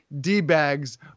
D-bags